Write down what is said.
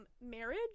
marriage